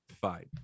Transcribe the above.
fine